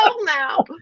now